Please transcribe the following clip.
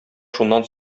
шуннан